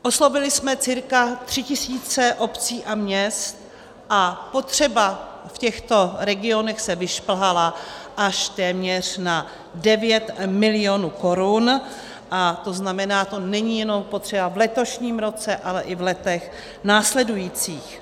Oslovili jsme cca 3 tisíce obcí a měst a potřeba v těchto regionech se vyšplhala až téměř na 9 miliard korun, to znamená, to není jenom potřeba v letošním roce, ale i v letech následujících.